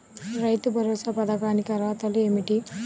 రైతు భరోసా పథకానికి అర్హతలు ఏమిటీ?